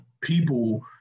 people